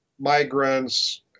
migrants